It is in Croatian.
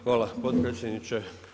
Hvala podpredsjedniče.